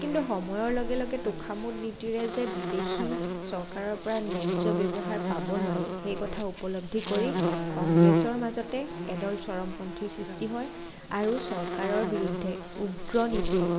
কিন্তু সময়ৰ লগে তোষামোদ নীতিৰে যে বিদেশী চৰকাৰৰ পৰা ন্য়ায্য ব্যৱহাৰ পাব নোৱাৰি সেই কথা উপলব্ধি কৰি কংগ্ৰেছৰ মাজতে এদল চৰমপন্থী সৃষ্টি হয় আৰু চৰকাৰৰ বিৰুদ্ধে উগ্ৰ নীতিৰ